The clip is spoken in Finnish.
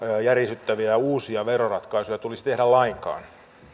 järisyttäviä uusia veroratkaisuja tulisi tehdä lainkaan